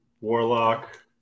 warlock